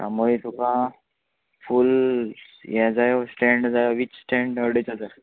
आं मागी तुका फूल्ल हे जायो स्टँड जाय वीच स्टँड अडेज हजार